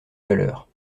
valeur